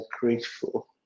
grateful